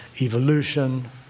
evolution